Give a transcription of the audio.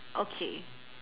okay